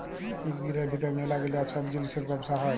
ইক দিলের ভিতর ম্যালা গিলা ছব জিলিসের ব্যবসা হ্যয়